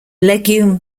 legume